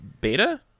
beta